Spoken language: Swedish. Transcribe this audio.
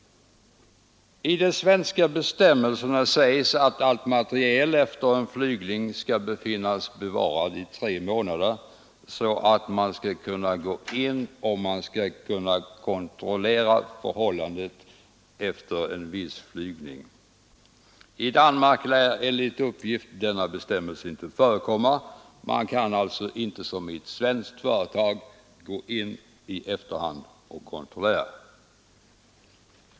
I de svenska bestämmelserna sägs att allt materiel efter en flygning skall bevaras i tre månader, så att man skall kunna kontrollera förhållandena efter en viss flygning. I Danmark lär enligt uppgift denna bestämmelse inte förekomma, och man kan alltså inte i ett danskt flygbolag, som man kan i ett svenskt, gå in i efterhand och kontrollera.